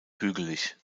hügelig